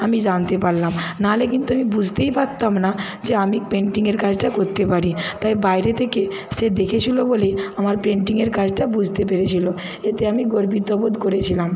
আমি জানতে পারলাম নাহলে কিন্তু আমি বুঝতেই পারতাম না যে আমি পেন্টিংয়ের কাজটা করতে পারি তাই বাইরে থেকে সে দেখেছিলো বলেই আমার পেন্টিংয়ের কাজটা বুঝতে পেরেছিলো এতে আমি গর্বিত বোধ করেছিলাম